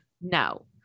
No